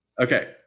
Okay